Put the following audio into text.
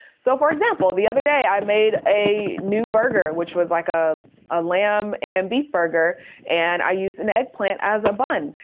so, for example, the other day i made a new burger, which was like ah a lamb and beef burger and i used an eggplant as a bun.